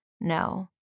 no